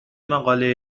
مقاله